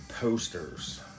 posters